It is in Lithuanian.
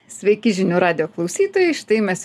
sveiki žinių radijo klausytojai štai mes